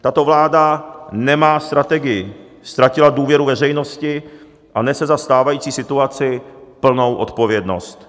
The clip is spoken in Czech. Tato vláda nemá strategii, ztratila důvěru veřejnosti a nese za stávající situaci plnou odpovědnost.